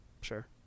Sure